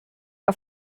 auf